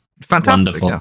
Fantastic